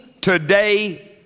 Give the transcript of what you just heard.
today